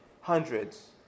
hundreds